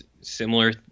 similar